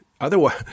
otherwise